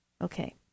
Okay